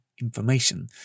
information